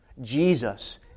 Jesus